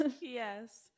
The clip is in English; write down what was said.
Yes